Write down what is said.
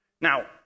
Now